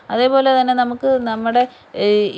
അതേപോലെത്തന്നെ നമുക്ക് നമ്മുടെ ഈ